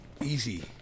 Easy